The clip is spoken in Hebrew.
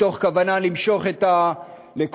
מתוך כוונה למשוך את הלקוחות,